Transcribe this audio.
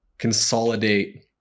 consolidate